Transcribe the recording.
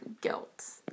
guilt